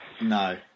No